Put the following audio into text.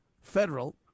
Federal